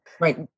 Right